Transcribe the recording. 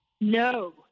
No